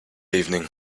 evening